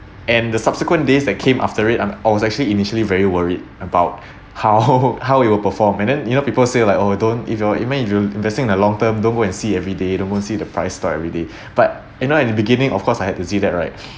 and the subsequent days that came after it I'm I was actually initially very worried about how how it will perform and then you know people say like oh don't if you even if you are investing the long term don't go and see everyday don't go and see the price stock everyday but you know in the beginning of course I had to see that right